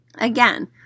Again